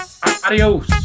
Adios